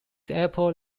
airport